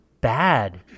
Bad